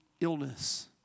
illness